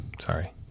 Sorry